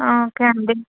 okay అండి